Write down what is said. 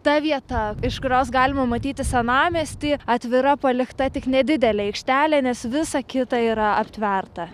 ta vieta iš kurios galima matyti senamiestį atvira palikta tik nedidelė aikštelė nes visa kita yra aptverta